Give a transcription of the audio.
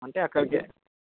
అంటే అక్కడికే